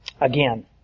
Again